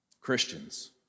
Christians